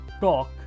talk